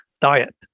diet